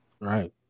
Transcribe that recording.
Right